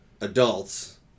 adults